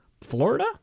Florida